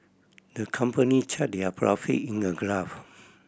the company charted their profit in a graph